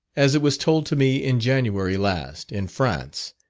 as it was told to me in january last, in france,